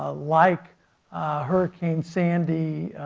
ah like hurricane sandy,